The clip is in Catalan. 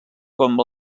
com